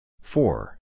Four